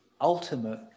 ultimate